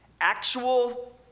actual